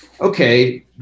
Okay